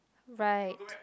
right